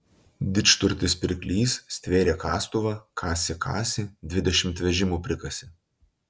didžturtis pirklys stvėrė kastuvą kasė kasė dvidešimt vežimų prikasė